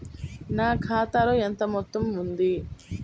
నా ఖాతాలో ఎంత మొత్తం ఉంది?